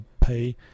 pay